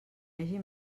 hagi